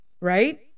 Right